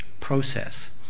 process